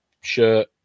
shirt